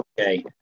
okay